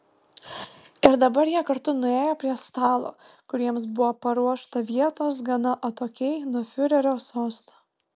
ir dabar jie kartu nuėjo prie stalo kur jiems buvo paruošta vietos gana atokiai nuo fiurerio sosto